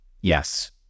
Yes